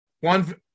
one